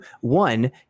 One